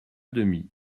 demi